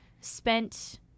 spent